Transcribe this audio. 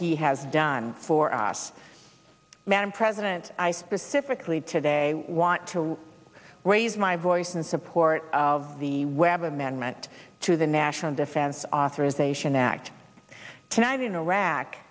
he has done for us madam president i specifically today want to raise my voice in support of the webb amendment to the national defense authorization act tonight in iraq